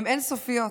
הן אין-סופיות.